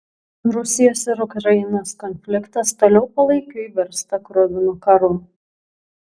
rusijos ir ukrainos konfliktas toliau palaikiui virsta kruvinu karu